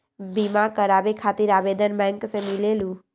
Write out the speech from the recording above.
बिमा कराबे खातीर आवेदन बैंक से मिलेलु?